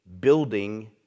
building